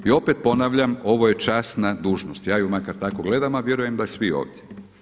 I opet ponavljam, ovo je časna dužnost ja ju makar tako gledam, a vjerujem da i svi ovdje.